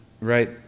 Right